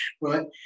Right